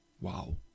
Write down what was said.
wow